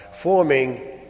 forming